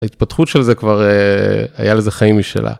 ההתפתחות של זה כבר, היה לזה חיים משלה.